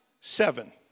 seven